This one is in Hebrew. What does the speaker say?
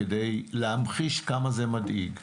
כדי להמחיש כמה זה מדאיג.